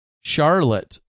Charlotte